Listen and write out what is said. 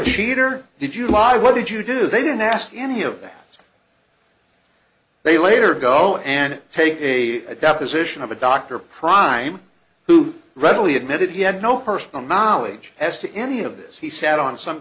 defeater did you lie what did you do they didn't ask any of them they later go and take a deposition of a doctor of crime who readily admitted he had no personal knowledge as to any of this he sat on some